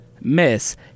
miss